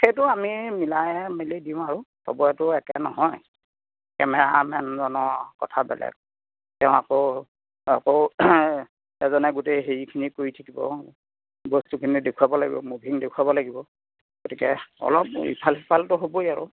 সেইটো আমি মিলাই মেলি দিওঁ আৰু চবৰেটো একে নহয় কেমেৰামেনজনৰ কথা বেলেগ তেওঁ আকৌ আকৌ এজনে গোটেই হেৰিখিনি কৰি থাকিব বস্তুখিনি দেখুৱাব লাগিব মোভিং দেখুৱাব লাগিব গতিকে অলপ ইফাল সিফালটো হ'বই আৰু